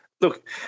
Look